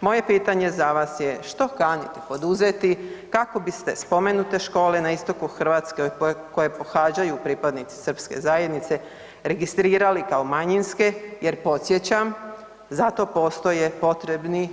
Moje pitanje za vas je što kanite poduzeti kako biste spomenute škole na istoku Hrvatske koje pohađaju pripadnici srpske zajednice, registrirali kao manjinske, jer podsjećam, zato postoje potrebni